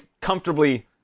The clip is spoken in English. comfortably